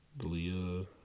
Leah